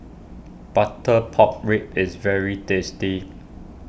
Butter Pork Ribs is very tasty